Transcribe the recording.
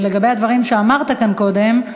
לגבי הדברים שאמרת כאן קודם,